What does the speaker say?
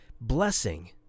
blessing